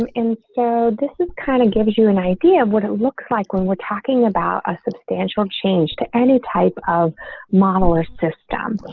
um and so this is kind of gives you an idea of what it looks like when we're talking about a substantial change to any type of model or system.